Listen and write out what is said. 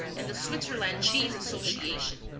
and the switzerland cheese association,